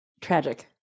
tragic